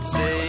Say